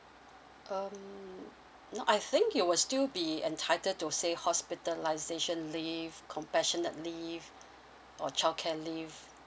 um no I think you will still be entitled to say hospitalization leave compassionate leave or childcare leave